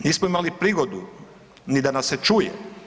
Nismo imali prigodu ni da nas se čuje.